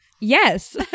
Yes